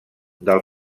del